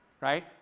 Right